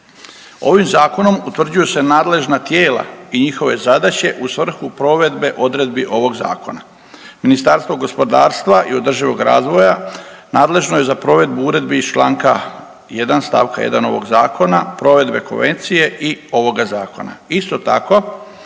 Ovim zakonom utvrđuju se nadležna tijela i njihove zadaće u svrhu provedbe odredbi ovog zakona. Ministarstvo gospodarstva i održivog razvoja nadležno je za provedbu uredbi iz čl. 1. st. 1. ovog zakona provedbe konvencije i ovoga zakona. Isto tako